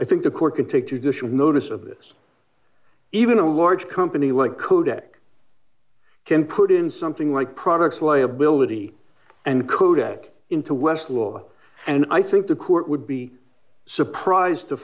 i think the court could take judicial notice of this even a large company like kodak can put in something like products liability and kodak into westlaw and i think the court would be surprised to